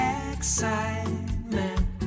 excitement